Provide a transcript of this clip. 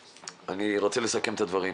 אני רוצה לסכם את הדברים.